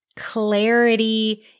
clarity